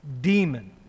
demon